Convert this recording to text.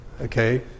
okay